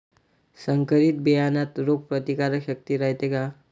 संकरित बियान्यात रोग प्रतिकारशक्ती रायते का?